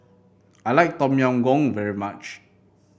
I like Tom Yam Goong very much